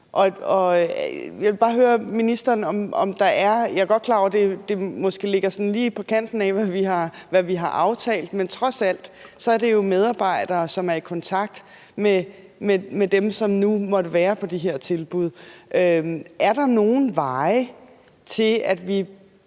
med vikarerne, og jeg er godt klar over, at det måske ligger sådan lige på kanten af, hvad vi har aftalt, men trods alt er det jo medarbejdere, som er i kontakt med dem, som nu måtte være på de her tilbud. Jeg vil bare